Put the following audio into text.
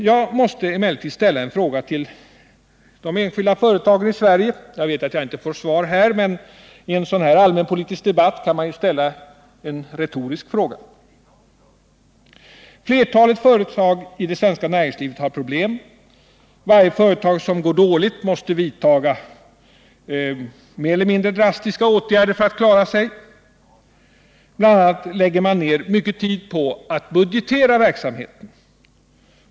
Jag måste emellertid ställa en fråga till de enskilda företagen i Sverige. Jag vet att jag inte får svar här, men i en sådan här allmänpolitisk debatt kan man ju ställa en retorisk fråga. Flertalet företag i det svenska näringslivet har problem. Varje företag som går dåligt måste vidtaga mer eller mindre drastiska åtgärder för att klara sig. Bl. a. lägger man ner mycken tid på att budgetera verksamheten.